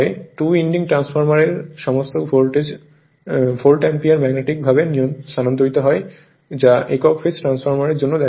two winding ট্রান্সফরমারে সমস্ত volt ampere magnetic ভাবে স্থানান্তরিত হয় যা একক ফেজ ট্রান্সফরমারের জন্যও দেখা যায়